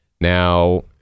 now